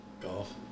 Golf